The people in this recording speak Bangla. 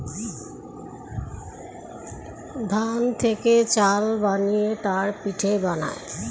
ধান থেকে চাল বানিয়ে তার পিঠে বানায়